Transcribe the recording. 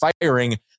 firing